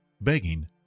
begging